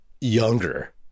younger